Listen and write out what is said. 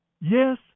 Yes